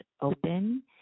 open